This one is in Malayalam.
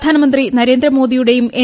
പ്രധാനമന്ത്രി നരേന്ദ്രമോദിയുടെയും എൻ